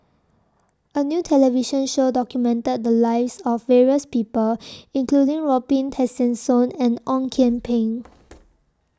A New television Show documented The Lives of various People including Robin Tessensohn and Ong Kian Peng